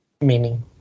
meaning